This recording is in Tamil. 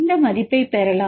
இந்த மதிப்பை பெறலாம்